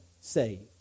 saved